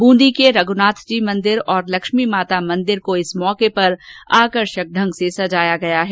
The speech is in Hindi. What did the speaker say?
बूंदी के रघुनाथजी मंदिर और लक्ष्मी माता मंदिर को आकर्षक ढंग से सजाया गया है